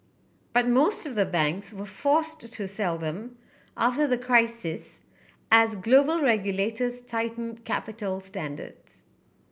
but most of the banks were forced to sell them after the crisis as global regulators tightened capital standards